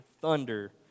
thunder